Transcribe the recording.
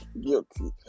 guilty